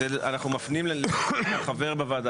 אנחנו מפנים לחבר בוועדה